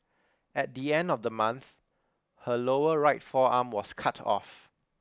at the end of the month her lower right forearm was cut off